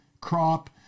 crop